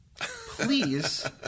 Please